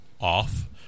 off